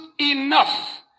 enough